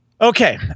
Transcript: Okay